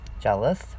Jealous